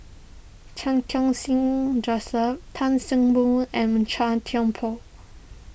Chan Khun Sing Joseph Tan See Boo and Chua Thian Poh